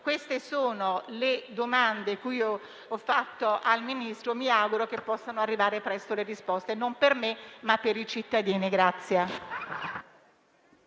Queste sono le domande che ho posto al Ministro e mi auguro che possano arrivare presto le risposte, non per me, ma per i cittadini. [BOSSI